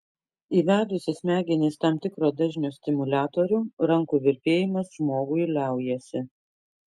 įvedus į smegenis tam tikro dažnio stimuliatorių rankų virpėjimas žmogui liaujasi